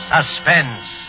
Suspense